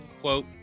Quote